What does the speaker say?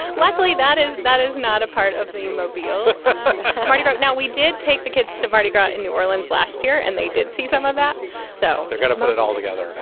ah luckily, that is that is not a part of the mobile mardi gras. now, we did take the kids to mardi gras in new orleans last year and they did see some of that so they're gonna put it all together.